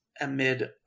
Amid